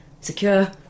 Secure